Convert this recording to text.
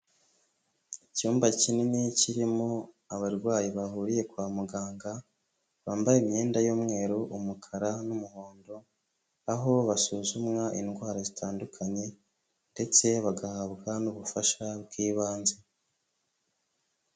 Icyumba kinini kirimo abarwayi bahuriye kwa muganga, bambaye imyenda y'umweru, umukara n'umuhondo, aho basuzumwa indwara zitandukanye ndetse bagahabwa n'ubufasha bw'ibanze.